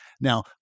Now